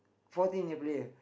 fourteen player